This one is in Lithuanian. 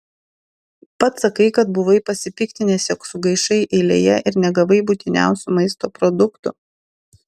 pats sakai kad buvai pasipiktinęs jog sugaišai eilėje ir negavai būtiniausių maisto produktų